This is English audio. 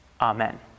Amen